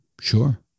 Sure